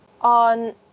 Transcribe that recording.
on